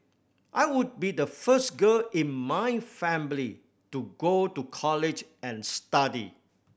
I would be the first girl in my family to go to college and study